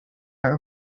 are